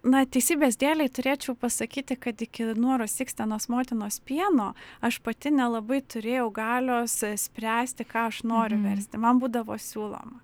na teisybės dėlei turėčiau pasakyti kad iki nuoros ikstenos motinos pieno aš pati nelabai turėjau galios spręsti ką aš noriu versti man būdavo siūloma